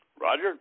Roger